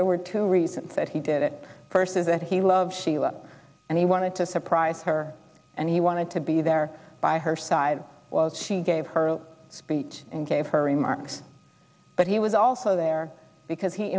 there were two reasons that he did it first is that he loves and he wanted to surprise her and he wanted to be there by her side she gave her speech and gave her remarks but he was also there because he